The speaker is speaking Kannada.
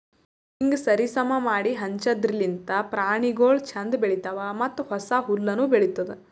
ಹೀಂಗ್ ಸರಿ ಸಮಾ ಮಾಡಿ ಹಂಚದಿರ್ಲಿಂತ್ ಪ್ರಾಣಿಗೊಳ್ ಛಂದ್ ಬೆಳಿತಾವ್ ಮತ್ತ ಹೊಸ ಹುಲ್ಲುನು ಬೆಳಿತ್ತುದ್